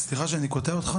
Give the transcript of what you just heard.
סליחה שאני קוטע אותך.